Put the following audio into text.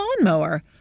lawnmower